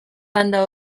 banda